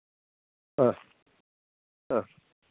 ആ ആ ആ ആ